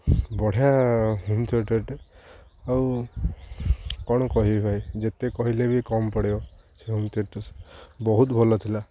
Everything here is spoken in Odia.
ବଢ଼ିଆ ହୋମ୍ ଥିଏଟର୍ଟେ ଆଉ କ'ଣ କହିବି ଭାଇ ଯେତେ କହିଲେ ବି କମ୍ ପଡ଼ିବ ସେ ହୋମ୍ ଥିଏଟର୍ ବହୁତ ଭଲ ଥିଲା